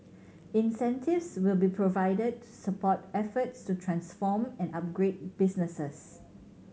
incentives will be provided to support efforts to transform and upgrade businesses